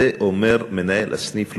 את זה אומר מנהל הסניף.